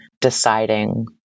deciding